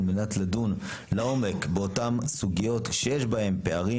על מנת לדון לעומק באותן סוגיות שיש בהן פערים